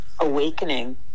awakening